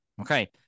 Okay